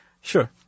Sure